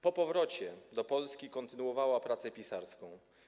Po powrocie do Polski kontynuowała pracę pisarską.